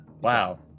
Wow